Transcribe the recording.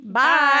Bye